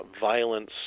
violence